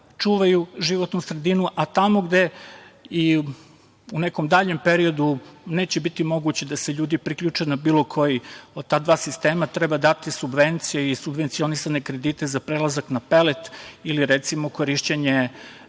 čuvaju životnu sredinu, a tamo gde i u nekom daljem periodu neće biti moguće da se ljudi priključe na bilo koji od ta dva sistema. Treba dati subvencije i subvencionisane kredite za prelazak na pelet ili recimo korišćenje